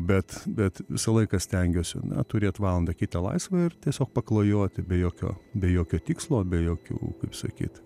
bet bet visą laiką stengiuosi na turėt valandą kitą laisvę ir tiesiog paklajoti be jokio be jokio tikslo be jokių kaip sakyt